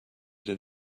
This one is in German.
den